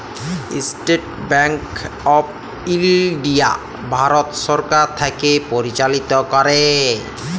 State bank of India Bharat সরকার থ্যাকে পরিচালিত ক্যরে